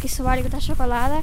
kai suvalgiau tą šokoladą